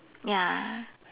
ya